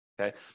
Okay